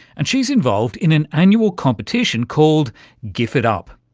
and she's involved in an annual competition called gifitup,